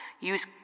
Use